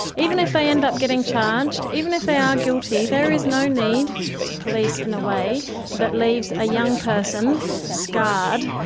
even if they end up getting charged, even if they are guilty, there is no need to police in a way that leaves a young person scarred.